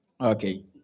Okay